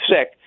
sick